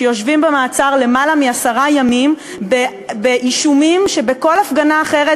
שיושבים במעצר למעלה מעשרה ימים באישומים שלגביהם בכל הפגנה אחרת